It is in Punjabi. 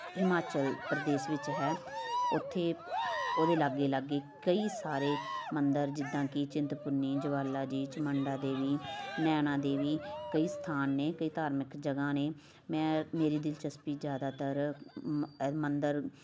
ਹਿਮਾਚਲ ਪ੍ਰਦੇਸ਼ ਵਿੱਚ ਹੈ ਉੱਥੇ ਉਹਦੇ ਲਾਗੇ ਲਾਗੇ ਕਈ ਸਾਰੇ ਮੰਦਰ ਜਿੱਦਾਂ ਕਿ ਚਿੰਤਪੁਰਨੀ ਜਵਾਲਾ ਜੀ ਚਮੰਡਾ ਦੇਵੀ ਨੈਣਾ ਦੇਵੀ ਕਈ ਸਥਾਨ ਨੇ ਕਈ ਧਾਰਮਿਕ ਜਗ੍ਹਾ ਨੇ ਮੈਂ ਮੇਰੀ ਦਿਲਚਸਪੀ ਜ਼ਿਆਦਾਤਰ ਮ ਮੰਦਰ